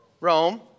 Rome